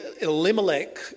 Elimelech